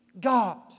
God